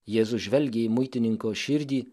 jėzus žvelgė į muitininko širdį